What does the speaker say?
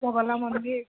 বগলা মন্দিৰ